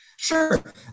sure